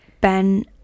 Ben